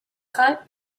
cut